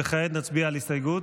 וכעת נצביע על הסתייגות,